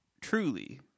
truly